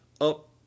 Up